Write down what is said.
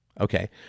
Okay